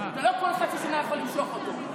לא כל חצי שנה אתה יכול למשוך אותו.